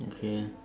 okay